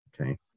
okay